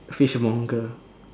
fishmonger